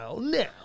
now